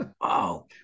wow